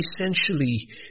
essentially